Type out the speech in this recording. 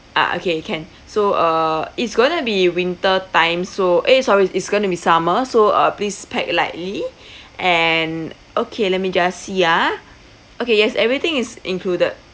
ah okay can so uh it's going to be winter time so eh sorry it's going to be summer so uh please pack lightly and okay let me just ya okay yes everything is included